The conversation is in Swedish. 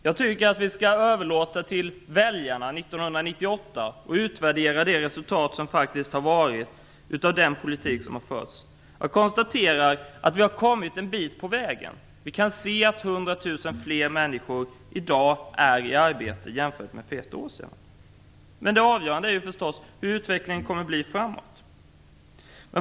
Jag tycker att vi skall överlåta åt väljarna att 1998 utvärdera resultatet av den politik som förts. Jag konstaterar att vi har kommit en bit på vägen. 100 000 fler människor är alltså i dag i arbete än för ett år sedan, men det avgörande är förstås hur utvecklingen kommer att bli framöver.